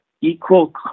equal